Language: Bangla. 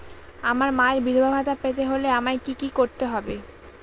আমার মায়ের বিধবা ভাতা পেতে হলে আমায় কি কি করতে হবে?